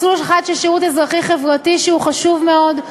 מסלול אחד של שירות אזרחי-חברתי, שהוא חשוב מאוד,